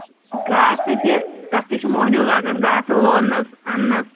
گاسہٕ تہِ تَتھ تہِ چھِ مۄہنیوٗ لَگان گاسہٕ لوننَس اَننَس